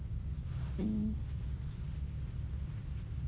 mm